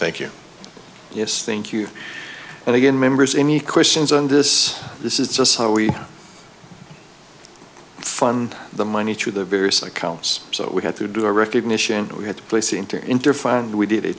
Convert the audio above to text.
thank you yes thank you and again members any questions on this this is just how we fund the money through the various accounts so we had to do a recognition we had to place